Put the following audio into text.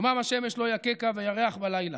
יומם השמש לא יַכֶּכָּה וירח בלילה.